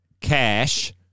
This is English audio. cash